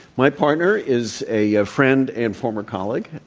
my partner is a ah friend and former colleague,